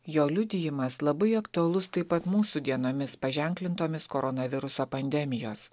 jo liudijimas labai aktualus taip pat mūsų dienomis paženklintomis koronaviruso pandemijos